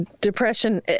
Depression